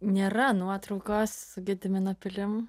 nėra nuotraukos su gedimino pilim